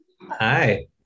Hi